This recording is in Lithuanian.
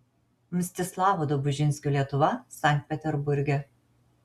mstislavo dobužinskio lietuva sankt peterburge